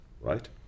right